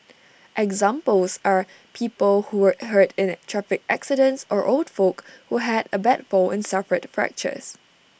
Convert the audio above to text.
examples are people who were hurt in traffic accidents or old folk who had A bad fall and suffered fractures